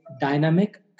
dynamic